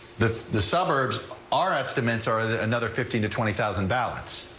the the suburbs are estimates are that another fifteen to twenty thousand ballots.